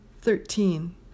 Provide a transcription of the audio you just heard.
Thirteen